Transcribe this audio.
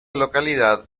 localidad